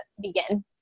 begin